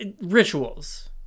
Rituals